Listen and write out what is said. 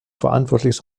verantwortlich